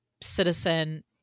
citizen